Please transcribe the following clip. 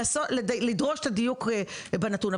לדרוש את הדיוק בנתון.